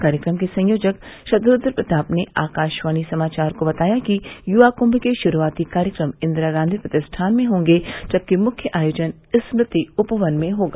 कार्यक्रम के संयोजक शतरूद्र प्रताप ने आकाशवाणी समाचार को बताया कि युवा कुंभ के श्रूआती कार्यक्रम इंदिरागांधी प्रतिष्ठान में होंगे जबकि मुख्य आयोजन स्मृति उपवन में होगा